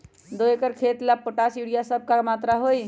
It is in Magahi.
दो एकर खेत के ला पोटाश, यूरिया ये सब का मात्रा होई?